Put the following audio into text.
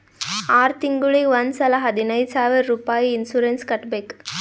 R ತಿಂಗುಳಿಗ್ ಒಂದ್ ಸಲಾ ಹದಿನೈದ್ ಸಾವಿರ್ ರುಪಾಯಿ ಇನ್ಸೂರೆನ್ಸ್ ಕಟ್ಬೇಕ್